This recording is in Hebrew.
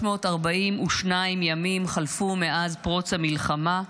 342 ימים חלפו מאז פרוץ המלחמה,